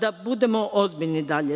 Da budemo ozbiljni dalje.